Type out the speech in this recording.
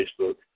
Facebook